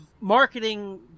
marketing